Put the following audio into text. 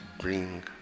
bring